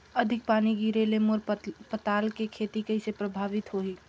अधिक पानी गिरे ले मोर पताल के खेती कइसे प्रभावित होही?